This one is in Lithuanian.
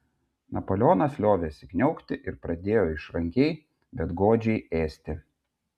napoleonas liovėsi kniaukti ir pradėjo išrankiai bet godžiai ėsti